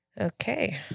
Okay